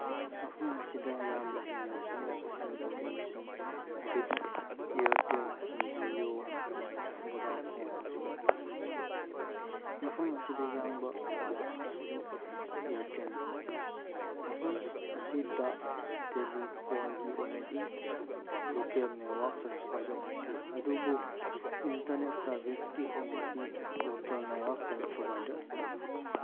ꯃꯐꯝ ꯑꯁꯤꯗ ꯌꯥꯝꯅ ꯍꯦꯟꯅ ꯁꯤꯖꯤꯟꯅꯕꯁꯤꯡ ꯀꯝꯄꯦꯅꯤꯁꯤꯡ ꯑꯗꯨꯗꯤ ꯏꯌꯔꯇꯦꯜ ꯖꯤꯌꯣ ꯚꯣꯗꯥꯐꯣꯟ ꯑꯁꯤꯅꯤ ꯃꯐꯝ ꯑꯁꯤꯗ ꯌꯥꯡꯕ ꯅꯦꯠꯋꯥꯛ ꯑꯁꯤ ꯏꯌꯔꯇꯦꯜꯅꯤ ꯃꯐꯝ ꯑꯁꯤꯗ ꯇꯦꯂꯤꯐꯣꯟꯒꯤ ꯑꯣꯏꯅꯗꯤ ꯂꯣꯀꯦꯜ ꯅꯦꯠꯋꯥꯛ ꯂꯩꯇꯦ ꯑꯗꯨꯕꯨ ꯏꯟꯇꯔꯅꯦꯠ ꯁꯔꯚꯤꯁꯀꯤ ꯑꯣꯏꯅꯗꯤ ꯂꯣꯀꯦꯜ ꯅꯦꯠꯋꯥꯛ ꯁꯥꯔꯚꯤꯁ ꯄ꯭ꯔꯣꯚꯥꯏꯗꯔ ꯂꯩ